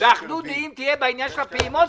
ואחדות דעים תהיה בעניין של הפעימות,